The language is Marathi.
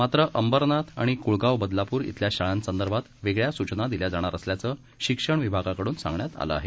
मात्र अंबरनाथ आणि कुळगाव बदलापूर इथल्या शाळां संदर्भात वेगळ्या सूचना दिल्या जाणार असल्याचं शिक्षण विभागा कडून सांगण्यात आलं आहे